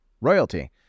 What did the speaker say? Royalty